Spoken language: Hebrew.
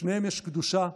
לשניהם יש קדושה,